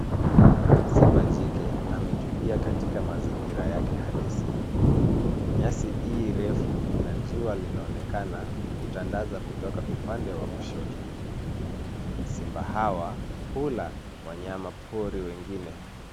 Simba jike ametulia katika mazingira yake halisi. Nyasi i refu na jua linaonekana kutandaza kutoka upande wa kushoto. Simba hawa hula wanyama pori wengine.